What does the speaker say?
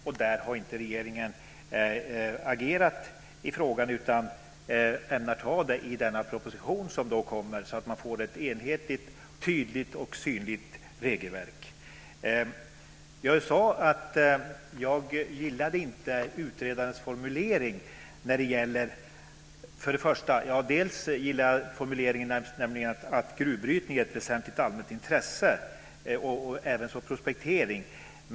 Regeringen har inte agerat i frågan utan ämnat göra det i samband med den proposition som kommer för att få ett enhetligt, tydligt och synligt regelverk. Jag sade att jag inte gillade vissa av utredarens formuleringar. Jag gillade formuleringen att gruvbrytningen är av väsentligt allmänt intresse, även så prospektering.